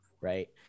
right